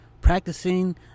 practicing